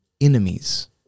enemies